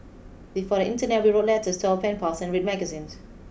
before the internet we wrote letters to our pen pals and read magazines